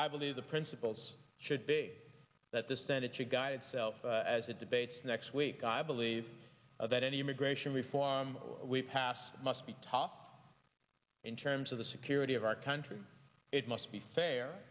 i believe the principles should be that the senate should guide self as it debates next week i believe that any immigration reform we pass must be taught in terms of the security of our country it must be fair